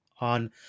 on